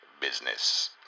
business